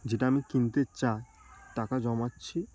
যেটা আমি কিনতে চাই টাকা জমাচ্ছি